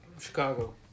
Chicago